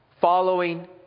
following